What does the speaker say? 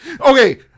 Okay